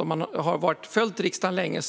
Om man som Ali Esbati har följt riksdagen länge,